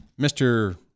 Mr